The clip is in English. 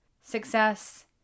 success